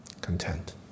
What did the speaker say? Content